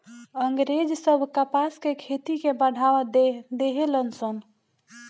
अँग्रेज सब कपास के खेती के बढ़ावा देहलन सन